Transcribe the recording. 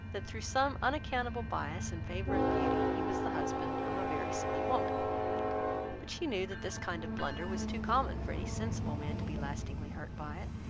that through some unaccountable bias in favour of beauty, he was the husband of a very silly woman but she knew that this kind of blunder was too common for any sensible man to be lastingly hurt by it